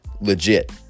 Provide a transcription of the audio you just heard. legit